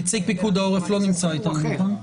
נציג פיקוד העורף לא נמצא איתנו, נכון?